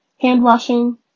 hand-washing